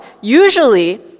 usually